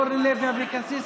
אורלי לוי אבקסיס,